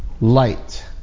Light